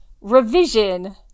revision